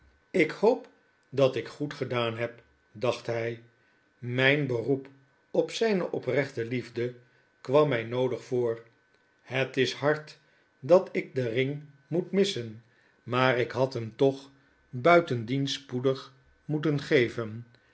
ik hoop dat ik gjoed gedaan heb dacht hy mijn beroep op zijne oprechte liefde kwam my noodig voor het is hard dat ik den ring moet missen maar ik hadhemtochbuitendien spoedig moeten geven